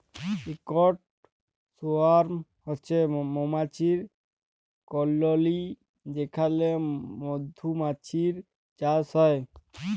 ইকট সোয়ার্ম হছে মমাছির কললি যেখালে মধুমাছির চাষ হ্যয়